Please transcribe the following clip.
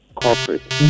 corporate